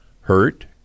hurt